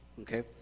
Okay